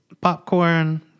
popcorn